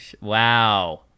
wow